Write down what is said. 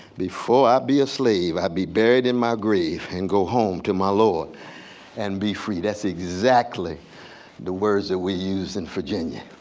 before i be a slave i be buried in my grave and go home to my lord and be free. that's exactly the words that we used in virginia,